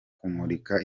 kumurika